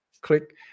click